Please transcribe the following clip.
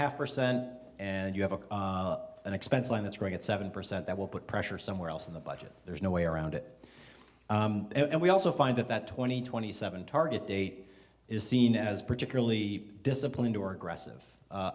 half percent and you have a an expense line that's growing at seven percent that will put pressure somewhere else in the budget there's no way around it and we also find that that twenty twenty seven target date is seen as particularly disciplined or aggressive a